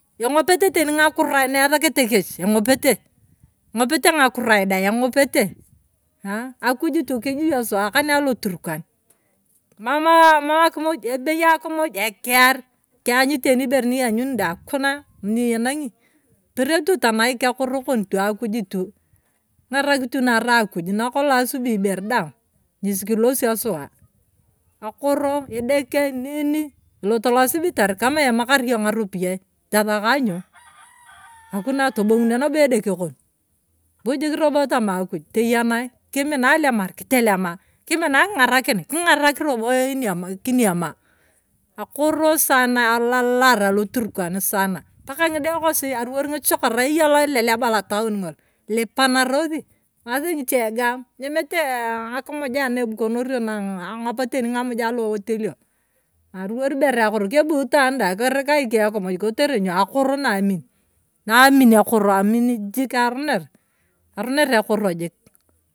Eng'opete teni ng'akuria naesakete kech. eng'opete eng'opete ng'akurai dai eng'opete aa akuj tu kijio suwa kane aloturkana mama aa mam akumuj ekear. Kiany tene ibere ni ionyuni dai akuna mama nienang'i toperio tu tanaik akoro kom akuj tu. king'arak narae akuj nakolong' asubi ibere daang ngesi kilosio suwa. akoro. edeke. nini tolot losibitari kama imakar iyona ng'aropiyie tathaka ny'o akuna tobong'unia nabo edeke kon bujik robo tama akuj teyanai. kimina alemar kitelema. kimina aking'arikii king'arak robo eniama kiniema akoro saana alalaar aloturkan saana paka ng'ide kosi aruwar ng'ichokorai eya ileleba lotaon ng'oi ilipanarosi. emase ng'iche egaam. enyamete ee ng'akimuja na ebukonorio na ang'opa teni ng'amuja alowotelio aliwar ibere akoro kebu itaan dai kirika ike kumuj klotere ny'o akoro kebu itaan dai kirika ike kumuj kotere ny'o akoro na amin, na amin akoro amin jik aroner. aroner akoro jik.